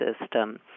system